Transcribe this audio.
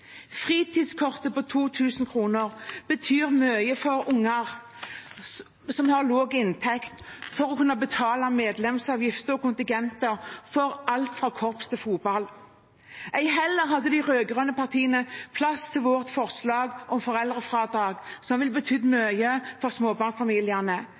Fritidskortet på 2 000 kr betyr mye for unger fra lavinntektsfamilier, for å kunne betale medlemsavgifter og kontingenter for alt fra korps til fotball. Ei heller hadde de rød-grønne partiene plass til vårt forslag om foreldrefradrag, som